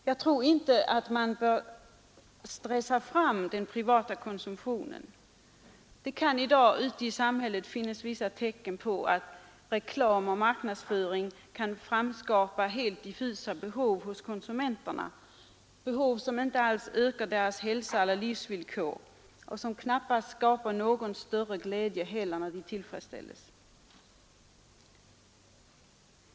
Jag tror inte att man bör stressa fram den privata konsumtionen — det finns i dag ute i samhället tecken på att reklam och marknadsföring kan framskapa helt diffusa behov hos konsumenterna, behov som inte alls ökar deras hälsa eller förbättrar deras livsvillkor och som knappast heller skapar någon större glädje när de tillfredsställs.